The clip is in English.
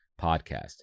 podcast